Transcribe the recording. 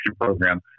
program